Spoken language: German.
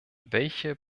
welche